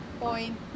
point